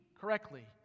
correctly